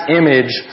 image